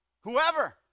Whoever